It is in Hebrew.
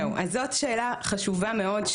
זאת שאלה חשובה מאוד.